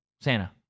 Santa